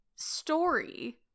story